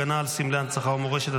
הגנה על סמלי הנצחה ומורשת),